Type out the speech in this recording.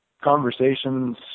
conversations